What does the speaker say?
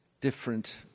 different